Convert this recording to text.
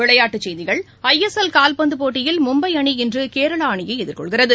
விளையாட்டுச் செய்திகள் I S L கால்பந்துப் போட்டியில் மும்பை அணி இன்று கேரளா அணியை எதிர்கொள்கிறது